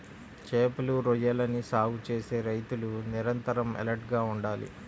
చేపలు, రొయ్యలని సాగు చేసే రైతులు నిరంతరం ఎలర్ట్ గా ఉండాలి